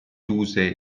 chiuse